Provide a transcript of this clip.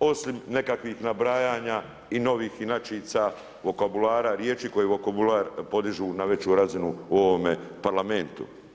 osim nekakvih nabrajanja i novih inačica, vokabulara, riječi koje vokabular podižu na veću razinu u ovome parlamentu.